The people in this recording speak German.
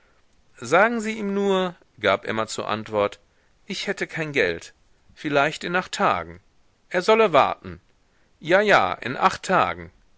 sagen sie ihm nur gab emma zur antwort ich hätte kein geld vielleicht in acht tagen er solle warten ja ja in acht tagen